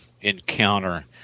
encounter